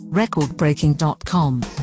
recordbreaking.com